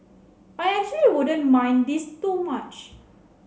I actually wouldn't mind this too much